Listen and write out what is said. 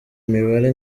mibare